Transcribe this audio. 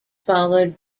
followed